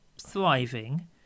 thriving